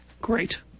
Great